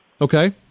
Okay